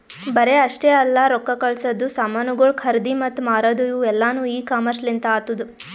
ಬರೇ ಅಷ್ಟೆ ಅಲ್ಲಾ ರೊಕ್ಕಾ ಕಳಸದು, ಸಾಮನುಗೊಳ್ ಖರದಿ ಮತ್ತ ಮಾರದು ಇವು ಎಲ್ಲಾನು ಇ ಕಾಮರ್ಸ್ ಲಿಂತ್ ಆತ್ತುದ